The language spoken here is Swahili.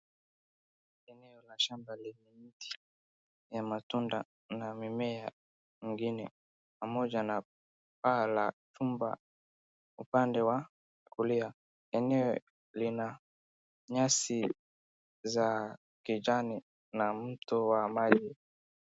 Eneo la shamba lina mti ya matunda na mimea ingine pamoja na paa la chumba upande wa kulia, eneo lina nyasi za kijani na mto wa maji.